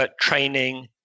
training